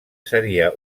seria